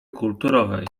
kulturowej